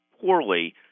poorly